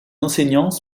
enseignants